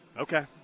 okay